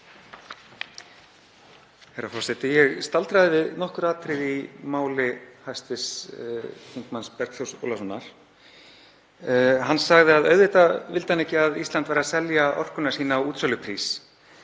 Herra forseti. Ég staldraði við nokkur atriði í máli hv. þm. Bergþórs Ólasonar. Hann sagði að auðvitað vildi hann ekki að Ísland væri að selja orkuna sína á útsöluprís.